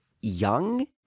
young